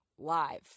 Live